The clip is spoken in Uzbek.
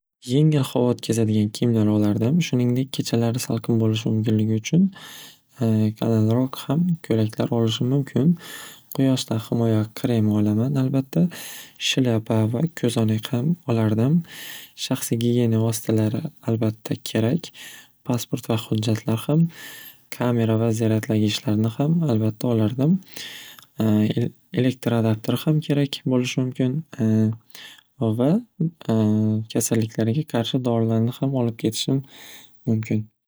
Yengil havo o'tkazadigan kiyimlar olardim shuningdek kechalari salqin bo'lishi mumkinligi uchun qalinroq ham ko'ylaklar olishim mumkin quyoshdan himoya kremi olaman albatta shlyapa va ko'zoynak ham olardim shaxsiy gigiyena vositalari albatta kerak passport va hujjatlar ham kamera va zaryadlagichlarni ham albatta olardim el-elektr adaptr ham kerak bo'lishi mumkin va kasalliklarga qarshi dorilarni ham olib ketishim mumkin.